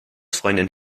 freundin